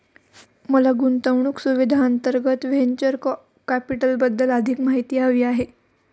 मला गुंतवणूक सुविधांअंतर्गत व्हेंचर कॅपिटलबद्दल अधिक माहिती हवी आहे